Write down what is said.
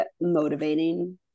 motivating